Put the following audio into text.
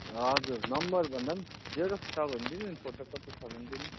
हजुर नम्बर भन्दा पनि जेरक्स छ भने दिनु न फोटोकपी छ भने दिनु